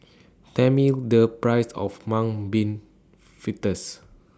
Tell Me The Price of Mung Bean Fritters